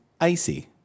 icy